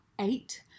eight